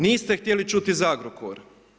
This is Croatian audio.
Niste htjeli čuti za Agrokor.